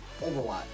Overwatch